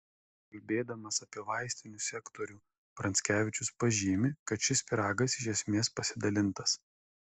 kalbėdamas apie vaistinių sektorių pranckevičius pažymi kad šis pyragas iš esmės pasidalintas